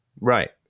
Right